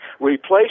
replace